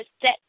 set